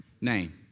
name